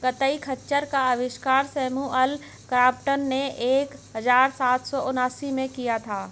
कताई खच्चर का आविष्कार सैमुअल क्रॉम्पटन ने एक हज़ार सात सौ उनासी में किया था